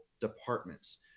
departments